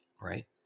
Right